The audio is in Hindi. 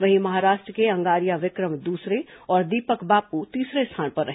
वहीं महाराष्ट्र के अंगारिया विक्रम दूसरे और दीपक बापू तीसरे स्थान पर रहे